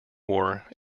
war